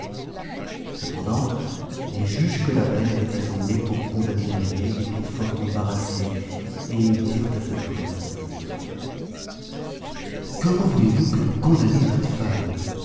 cependant les juges que la reine avait assemblés pour condamner la vieille étaient fort embarrassés et ils dirent à cette princesse comment voulez-vous que nous condamnions cette femme